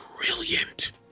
brilliant